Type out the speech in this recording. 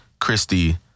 Christy